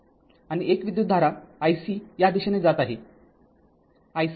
आणि एक विद्युतधारा ic या दिशेने जात आहे ic आहे